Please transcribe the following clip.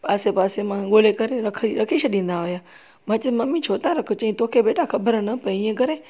आसे पासे मां ॻोल्हे करे रख रखी छॾींदा हुया मां चयो ममी छो था रखो त चयाईं तोखे बेटा ख़बर न पए ईएं करे